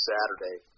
Saturday